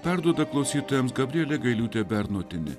perduoda klausytojams gabrielė gailiūtė bernotienė